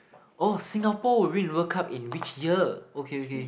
oh Singapore will win in World Cup in which year okay okay